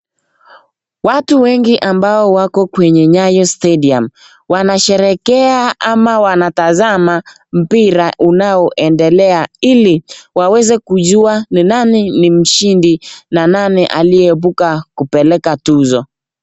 Watu wengi ambao wako kwenye nyayo (cs)stadium(cs)wanasherekea ama wanatazama mpira unaoendelea ili waweze kujua ni nani ni mshindi na nani aliye ebuka kupeleka tuzo.